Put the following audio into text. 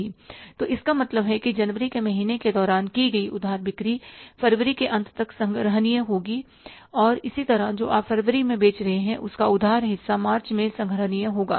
तो इसका मतलब है कि जनवरी के महीने के दौरान की गई उधार बिक्री फरवरी के अंत तक संग्रहणीय होगी और इसी तरह जो आप फरवरी में बेच रहे हैं उसका उधार हिस्सा मार्च में संग्रहणीय होगा